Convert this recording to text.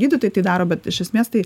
gydytojai tai daro bet iš esmės tai